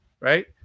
right